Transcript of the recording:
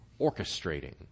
orchestrating